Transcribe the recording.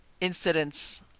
incidents